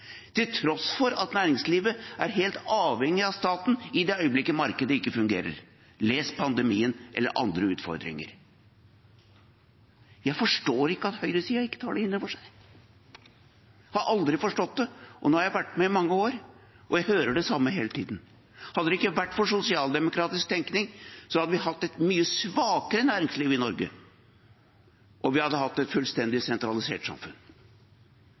til tross for at næringslivet er helt avhengig av staten i det øyeblikket markedet ikke fungerer, les: pandemien eller andre utfordringer. Jeg forstår ikke at høyresiden ikke tar det inn over seg. Jeg har aldri forstått det, og nå har jeg vært med i mange år, og jeg hører det samme hele tiden. Hadde det ikke vært for sosialdemokratisk tenkning, hadde vi hatt et mye svakere næringsliv i Norge, og vi hadde hatt et fullstendig sentralisert samfunn.